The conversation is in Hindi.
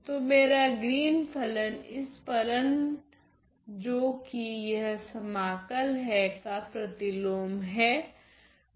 तो मेरा ग्रीन फलन इस फलन जो कि यह समाकल है का प्रतिलोम हैं